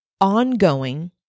ongoing